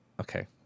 okay